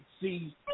see